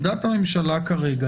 עמדת הממשלה כרגע,